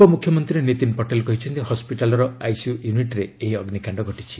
ଉପମୁଖ୍ୟମନ୍ତ୍ରୀ ନୀତିନ ପଟେଲ କହିଛନ୍ତି ହସ୍କିଟାଲର ଆଇସିୟୁ ୟୁନିଟ୍ରେ ଏହି ଅଗ୍ନିକାଣ୍ଡ ଘଟିଛି